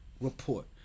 Report